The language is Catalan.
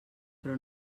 però